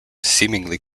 seemingly